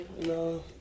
No